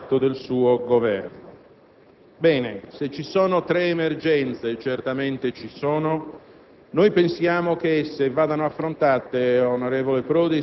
un'anticipata interruzione della legislatura. Comprendiamo l'amarezza e il turbamento del ministro Mastella, ma le motivazioni politiche ci sembrano assai fragili.